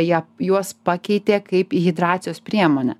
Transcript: jie juos pakeitė kaip į hidracijos priemonę